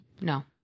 No